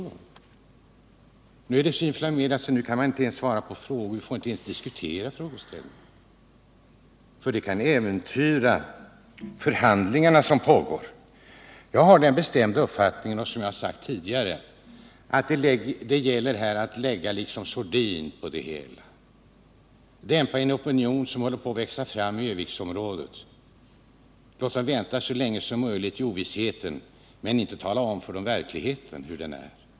Nu är ärendet 141 så inflammerat att man inte ens kan svara på frågor, vi får inte ens diskutera frågeställningarna. Det skulle kunna äventyra de förhandlingar som pågår. Jag har den bestämda uppfattningen, och det har jag sagt tidigare, att det här gäller att lägga sordin på det hela, att dämpa en opinion som håller på att växa fram i Örnsköldsviksområdet. Låt dem vänta så länge som möjligt i ovisshet, tala inte om för dem hur verkligheten är.